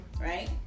Right